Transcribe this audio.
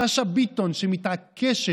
שאשא ביטון שמתעקשת,